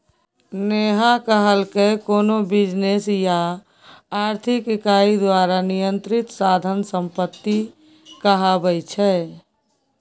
नेहा कहलकै कोनो बिजनेस या आर्थिक इकाई द्वारा नियंत्रित साधन संपत्ति कहाबै छै